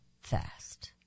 fast